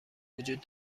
وجود